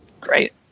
Great